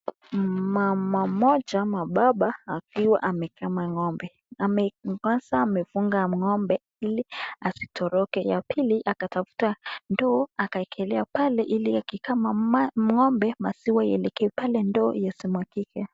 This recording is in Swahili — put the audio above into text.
Mama mmoja ama baba akiwa amekama ng'ombe. Kwanza amefunga ng'ombe ili asitoroke. Ya pili akatafuta ndoo akawekelea ili akikama ng'ombe, maziwa ielekee pale ndoo yasimwagike.